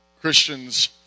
Christians